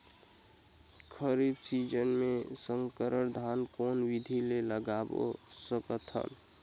खरीफ season मे संकर धान कोन विधि ले लगा सकथन?